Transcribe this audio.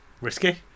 Risky